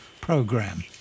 program